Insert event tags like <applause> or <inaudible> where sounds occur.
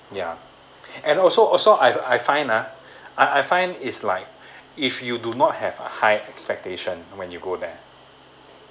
yeah <breath> and also also I I find ah <breath> I I find it's like <breath> if you do not have a high expectation when you go there